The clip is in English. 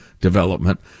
development